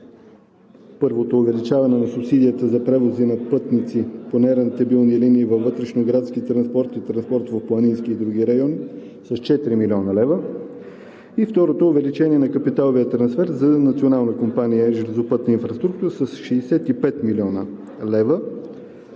първото увеличаване на субсидията за превоза на пътници по нерентабилни линии във вътрешноградски транспорт и транспорт в планински и други райони с 4 млн. лв. И второто увеличение е на капиталовия трансфер за Национална компания „Железопътна инфраструктура“ с 65 млн. лв.,